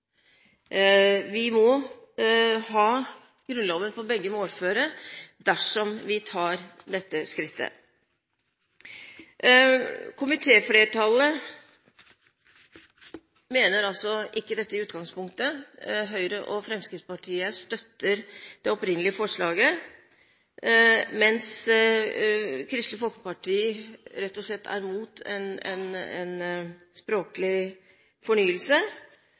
Vi må ha Grunnloven på begge målfører dersom vi tar dette skrittet. Komitéflertallet mener ikke dette i utgangspunktet. Høyre og Fremskrittspartiet støtter det opprinnelige forslaget, mens Kristelig Folkeparti rett og slett er imot en språklig fornyelse.